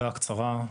הקצרה.